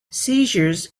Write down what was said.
seizures